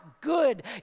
good